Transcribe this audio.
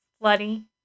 bloody